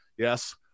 Yes